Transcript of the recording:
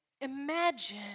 Imagine